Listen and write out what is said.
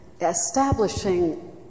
establishing